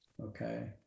okay